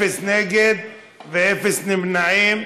אפס מתנגדים ואפס נמנעים.